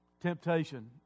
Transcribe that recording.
temptation